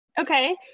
Okay